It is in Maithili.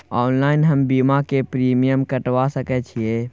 ऑनलाइन हम बीमा के प्रीमियम कटवा सके छिए?